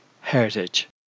heritage